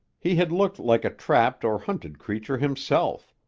he had looked like a trapped or hunted creature himself,